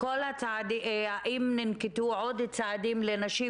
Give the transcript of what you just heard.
והאם ננקטו עוד צעדים לנשים,